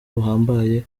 buhambaye